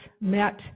met